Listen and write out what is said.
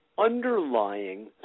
underlying